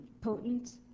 potent